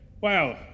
wow